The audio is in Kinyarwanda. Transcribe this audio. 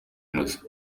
innocent